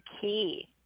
key